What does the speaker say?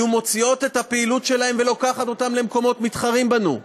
היו מוציאות את הפעילות שלהן ולוקחות אותה למקומות מתחרים בנו,